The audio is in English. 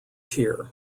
tier